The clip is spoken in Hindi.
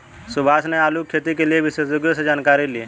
सुभाष ने आलू की खेती के लिए विशेषज्ञों से जानकारी ली